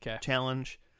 challenge